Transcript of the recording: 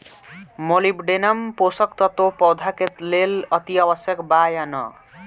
Molybdenum पोषक तत्व पौधा के लेल अतिआवश्यक बा या न?